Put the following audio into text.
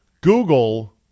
Google